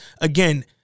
again